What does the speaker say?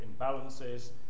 imbalances